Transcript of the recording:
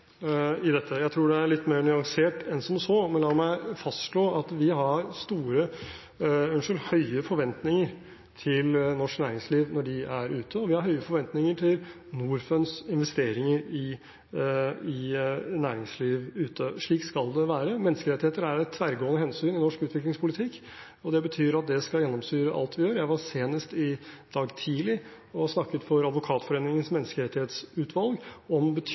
i gjengivelsen av Rolands standpunkt i dette. Jeg tror det er litt mer nyansert enn som så. Men la meg fastslå at vi har høye forventninger til norsk næringsliv når de er ute, og vi har høye forventninger til Norfunds investeringer i næringsliv ute. Slik skal det være. Menneskerettigheter er et tverrgående hensyn i norsk utviklingspolitikk. Det betyr at det skal gjennomsyre alt vi gjør. Jeg var senest i dag tidlig og snakket for Advokatforeningens menneskerettighetsutvalg om